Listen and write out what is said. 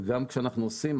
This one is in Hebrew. וגם כשאנחנו עושים,